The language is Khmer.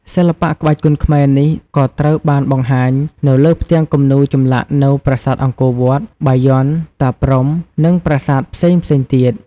សិល្បៈក្បាច់គុនខ្មែរនេះក៏ត្រូវបានបង្ហាញនៅលើផ្ទាំងគំនូរចម្លាក់នៅប្រាសាទអង្គរវត្ត បាយ័ន តាព្រហ្ម និងប្រាសាទផ្សេងៗទៀត។